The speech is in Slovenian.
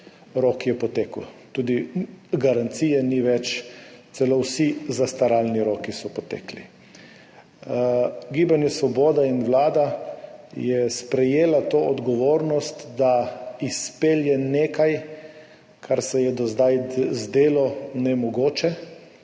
rok je potekel. Tudi garancije ni več, celo vsi zastaralni roki so potekli. Gibanje svoboda in Vlada sta sprejela to odgovornost, da se izpelje nekaj, kar se je do zdaj zdelo nemogoče.